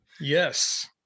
yes